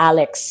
Alex